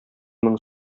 мең